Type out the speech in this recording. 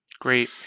Great